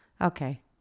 Okay